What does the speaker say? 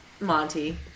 Monty